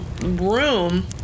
room